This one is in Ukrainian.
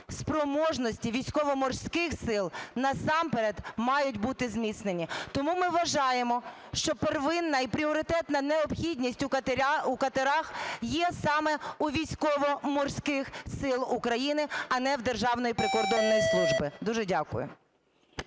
спроможності Військово-морських сил насамперед мають бути зміцнені. Тому ми вважаємо, що первинна і пріоритетна необхідність у катерах є саме у Військово-морських сил України, а не в Державної прикордонної служби. Дуже дякую.